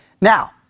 Now